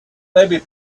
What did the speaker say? maybe